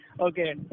Okay